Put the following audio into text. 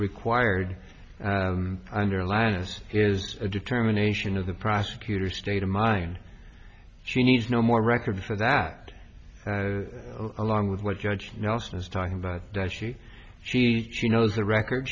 required under linus is a determination of the prosecutor's state of mind she needs no more record for that along with what judge nelson is talking about does she she she knows the record